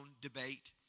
debate